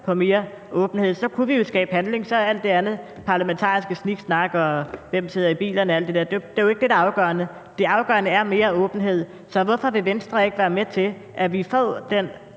på mere åbenhed – så kunne vi jo skabe handling. Så er alt det andet parlamentariske sniksnak om, hvem der sidder i bilerne og alt det der, jo ikke det, der er afgørende; det afgørende er mere åbenhed. Så hvorfor vil Venstre ikke være med til, at vi får den